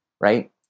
right